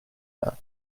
her